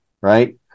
right